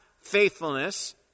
faithfulness